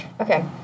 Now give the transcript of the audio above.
Okay